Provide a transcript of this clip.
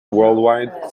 worldwide